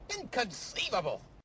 Inconceivable